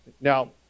now